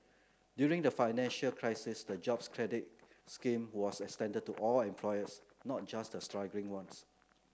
during the financial crisis the Jobs Credit scheme was extended to all employers not just the struggling ones